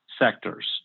sectors